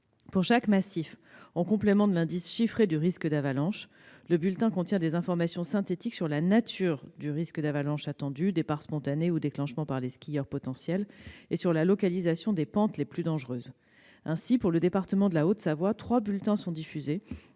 Pour chaque massif, en complément de l'indice chiffré du risque d'avalanche, le bulletin contient des informations synthétiques sur la nature du risque attendu- départ spontané ou déclenchement par des skieurs potentiels - et sur la localisation des pentes les plus dangereuses. Ainsi, pour le département de la Haute-Savoie, trois bulletins sont diffusés,